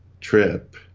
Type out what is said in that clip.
trip